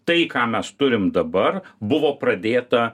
tai ką mes turim dabar buvo pradėta